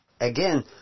again